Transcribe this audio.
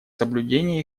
соблюдения